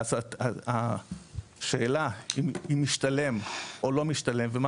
אז השאלה אם משתלם או לא משתלם ומה